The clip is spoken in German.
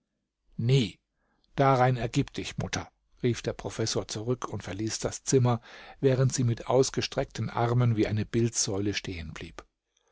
nie darein ergib dich mutter rief der professor zurück und verließ das zimmer während sie mit ausgestreckten armen wie eine bildsäule stehen